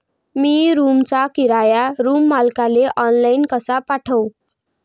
मी रूमचा किराया रूम मालकाले ऑनलाईन कसा पाठवू?